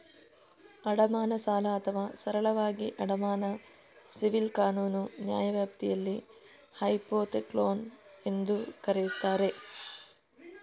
ಅಡಮಾನ ಸಾಲ ಅಥವಾ ಸರಳವಾಗಿ ಅಡಮಾನ ಸಿವಿಲ್ ಕಾನೂನು ನ್ಯಾಯವ್ಯಾಪ್ತಿಯಲ್ಲಿ ಹೈಪೋಥೆಕ್ಲೋನ್ ಎಂದೂ ಕರೆಯುತ್ತಾರೆ